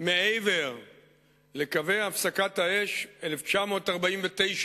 מעבר לקווי הפסקת האש של 1949,